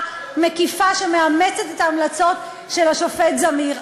מקיפה שמאמצת את ההמלצות של השופט זמיר,